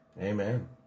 amen